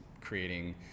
creating